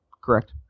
correct